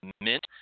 mint